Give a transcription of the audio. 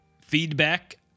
feedback